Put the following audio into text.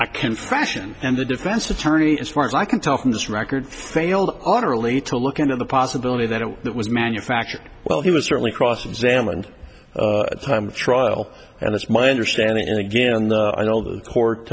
i can fashion and the defense attorney as far as i can tell from this record failed utterly to look into the possibility that it was manufactured while he was certainly cross examined a time of trial and it's my understanding and again i know the court